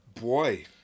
boy